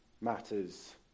matters